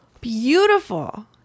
beautiful